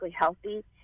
healthy